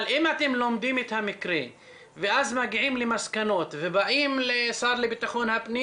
אבל אם אתם לומדים את המקרה ואז מגיעים למסקנות ובאים לשר לבטחון הפנים